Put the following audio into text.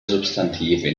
substantive